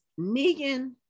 Negan